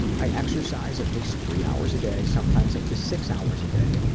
i exercise at least three hours a day, sometimes up to six hours a day.